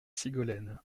sigolène